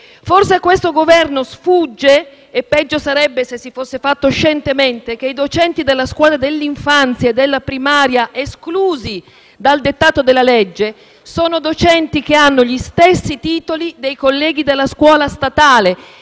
Forse a questo Governo sfugge (e peggio sarebbe se lo si fosse fatto scientemente) che i docenti della scuola dell'infanzia e della primaria esclusi dal dettato della legge hanno gli stessi titoli dei colleghi della scuola statale.